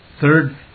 Third